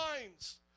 minds